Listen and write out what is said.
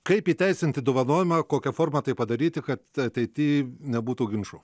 kaip įteisinti dovanojimą kokia forma tai padaryti kad ateityje nebūtų ginčų